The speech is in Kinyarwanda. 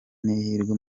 n’ihirwe